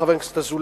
חבר הכנסת אזולאי,